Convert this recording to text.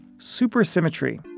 supersymmetry